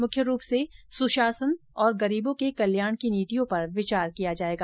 मुख्य रूप से सुशासन और गरीबों के कल्याण की नीतियों पर विचार किया जायेगा